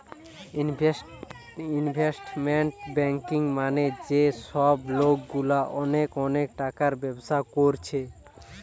investment banking মানে যে সব লোকগুলা অনেক অনেক টাকার ব্যবসা কোরছে